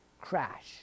crash